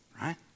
right